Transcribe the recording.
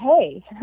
Hey